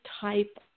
type